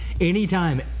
anytime